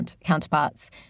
counterparts